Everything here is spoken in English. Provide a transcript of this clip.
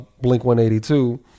Blink-182